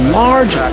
large